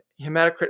hematocrit